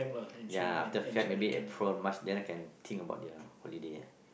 ya after Feb maybe April March then I can think about their holiday